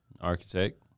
Architect